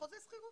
חוזה שכירות.